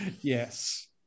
Yes